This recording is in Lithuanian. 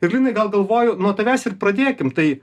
ir linai gal galvoju nuo tavęs ir pradėkim tai